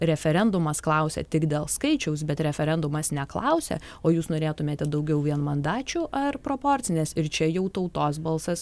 referendumas klausia tik dėl skaičiaus bet referendumas neklausia o jūs norėtumėte daugiau vienmandačių ar proporcinės ir čia jau tautos balsas